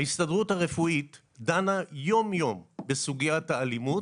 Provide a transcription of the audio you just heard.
ההסתדרות הרפואית דנה יום-יום בסוגיית האלימות,